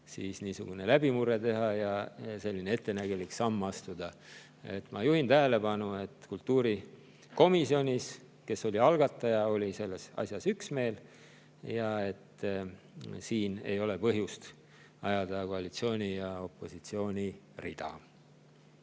niisugune läbimurre teha ja selline ettenägelik samm astuda. Ma juhin tähelepanu, et kultuurikomisjonis, kes oli algataja, oli selles asjas üksmeel. Siin ei ole põhjust ajada koalitsiooni ja opositsiooni rida.